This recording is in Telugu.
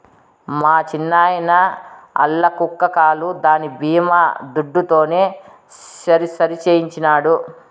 మా చిన్నాయిన ఆల్ల కుక్క కాలు దాని బీమా దుడ్డుతోనే సరిసేయించినాడు